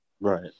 Right